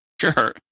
Sure